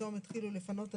פתאום התחילו לפנות אדם.